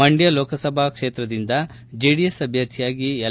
ಮಂಡ್ಕ ಲೋಕಸಭಾ ಕ್ಷೇತ್ರದಿಂದ ಜೆಡಿಎಸ್ ಅಭ್ಲರ್ಥಿಯಾಗಿ ಎಲ್